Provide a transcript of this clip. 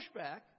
pushback